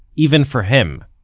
even for him.